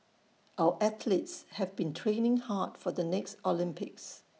our athletes have been training hard for the next Olympics